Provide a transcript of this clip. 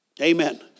amen